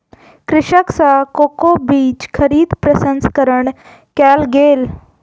कृषक सॅ कोको बीज खरीद प्रसंस्करण कयल गेल